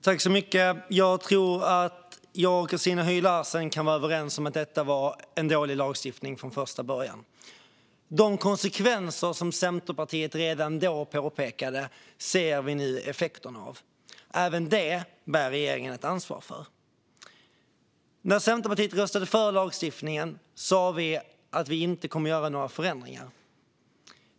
Herr talman! Jag tror att jag och Christina Höj Larsen kan vara överens om att detta var en dålig lagstiftning från första början. De konsekvenser som Centerpartiet redan då påpekade ser vi nu effekterna av. Även det bär regeringen ett ansvar för. När Centerpartiet röstade för lagstiftningen sa vi att vi inte skulle göra några förändringar.